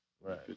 Right